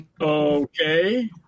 Okay